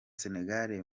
senegal